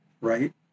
right